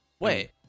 wait